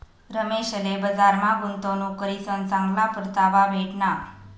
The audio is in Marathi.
रमेशले बजारमा गुंतवणूक करीसन चांगला परतावा भेटना